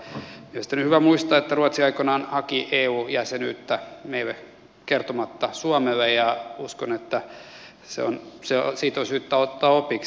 sitten on hyvä muistaa että ruotsi aikoinaan haki eu jäsenyyttä kertomatta suomelle ja uskon että siitä on syytä ottaa opiksi